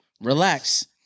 relax